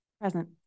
present